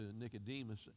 Nicodemus